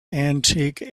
antique